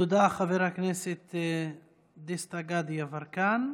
תודה, חבר הכנסת דסטה גדי יברקן.